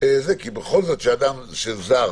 כי אדם זר